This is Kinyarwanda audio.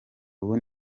ubu